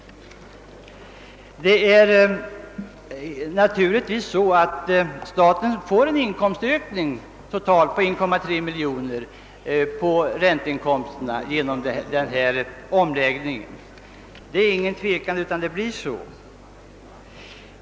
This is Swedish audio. Genom den här omläggningen får staten en inkomstökning på totalt 1,3 miljon kronor i form av räntor.